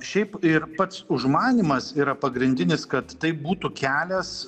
šiaip ir pats užmanymas yra pagrindinis kad tai būtų kelias